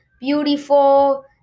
beautiful